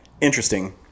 Interesting